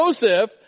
Joseph